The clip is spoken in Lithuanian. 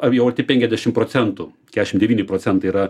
ar jau arti penkiasdešim procentų kedešim devyni procentai yra